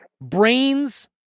Brains